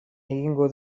egingo